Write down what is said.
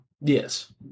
Yes